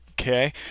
Okay